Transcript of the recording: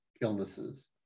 illnesses